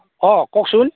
অঁ কওকচোন